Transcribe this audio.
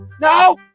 No